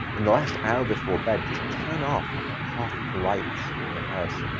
in the last hour before bed, just turn off half of the lights in your house,